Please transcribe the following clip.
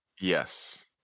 yes